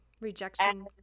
Rejection